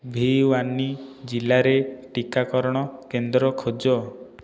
ଭିୱାନୀ ଜିଲ୍ଲାରେ ଟିକାକରଣ କେନ୍ଦ୍ର ଖୋଜ